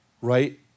Right